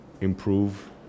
improve